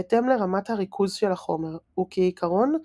בהתאם לרמת הריכוז של החומר, וכעיקרון,